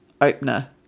opener